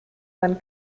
man